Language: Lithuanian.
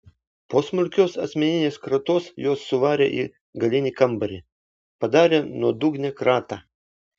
po smulkios asmeninės kratos juos suvarė į galinį kambarį padarė nuodugnią kratą